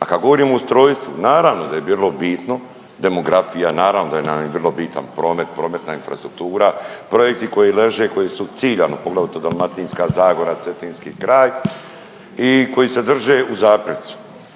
A kad govorimo o ustrojstvu, naravno da da je vrlo bitno, demografija naravno da nam je vrlo bitan promet, prometna infrastruktura, projekti koji leže, koji su ciljano, poglavito Dalmatinska zagora, cetinski kraj i koji se drže u zapreci.